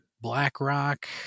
BlackRock